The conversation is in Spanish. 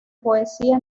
poesía